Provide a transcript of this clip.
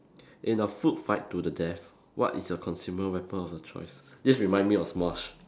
in a food fight to the death what is your consumable weapon of your choice this reminds me of Smosh